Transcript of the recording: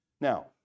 Now